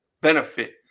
benefit